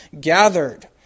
gathered